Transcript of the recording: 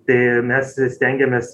tai mes stengiamės